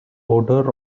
odor